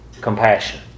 Compassion